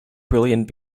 brilliant